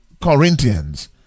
Corinthians